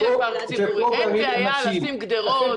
אין בעיה לשים גדרות.